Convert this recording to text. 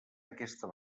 aquesta